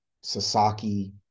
Sasaki